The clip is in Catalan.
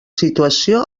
situació